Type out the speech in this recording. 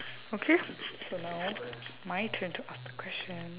okay so now my turn to ask the question